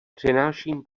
přináším